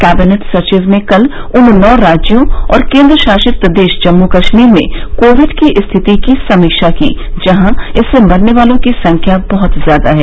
cabinet सचिव ने कल उन नौ राज्यों और केन्द्रशासित प्रदेश जम्मू कश्मीर में कोविड की स्थिति की समीक्षा की जहां इससे मरने वालों की संख्या बहुत ज्यादा है